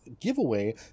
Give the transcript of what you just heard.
giveaway